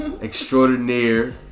extraordinaire